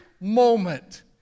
moment